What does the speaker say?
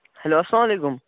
hello اسلام علیکُم